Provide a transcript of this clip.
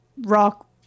rock